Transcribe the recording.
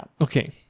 okay